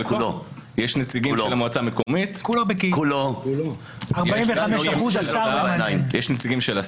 יש נציגים של המועצה המקומית, יש נציגים של השר.